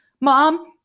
Mom